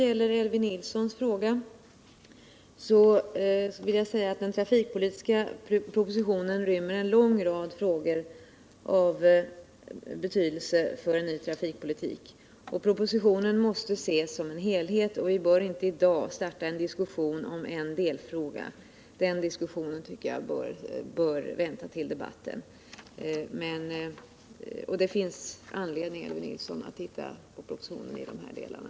Till Elvy Nilsson vill jag säga att den trafikpolitiska propositionen rymmer en lång rad frågor av betydelse för en ny trafikpolitik. Propositionen måste ses som en helhet, och vi bör inte i dag starta en diskussion om en delfråga; den tycker jag bör vänta till den stora debatten. Det finns anledning, Elvy Nilsson, att studera propositionen i de här delarna.